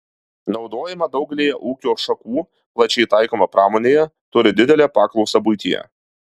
naudojama daugelyje ūkio šakų plačiai taikoma pramonėje turi didelę paklausą buityje